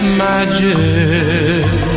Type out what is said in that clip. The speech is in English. magic